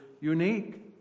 unique